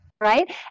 right